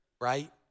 right